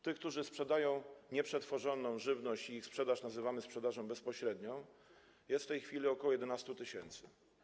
Tych, którzy sprzedają nieprzetworzoną żywność i których sprzedaż nazywamy sprzedażą bezpośrednią, jest w tej chwili ok. 11 tys.